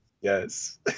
Yes